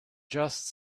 just